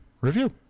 review